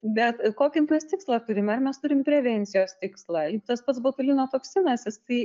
bet kokį mes tikslą turime ar mes turim prevencijos tikslą juk tas pats botulino toksinas jisai